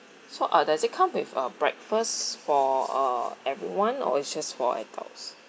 so uh so does it come with a breakfast for uh everyone or it's just for adults